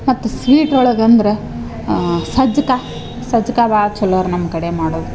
ಮತ್ತೆ ಸ್ವೀಟ್ ಒಳಗೆ ಅಂದ್ರ ಸಜ್ಕ ಸಜ್ಕ ಭಾಳ ಚಲೋ ರಿ ನಮ್ಮ ಕಡೆ ಮಾಡೋದ್